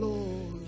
Lord